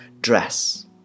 Dress